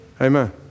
Amen